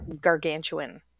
gargantuan